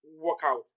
workout